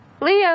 Leo